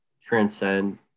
transcend